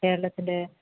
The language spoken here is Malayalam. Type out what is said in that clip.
കേരളത്തിൻ്റെ